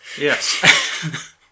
yes